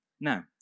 Now